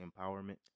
empowerment